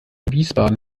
wiesbaden